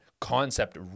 concept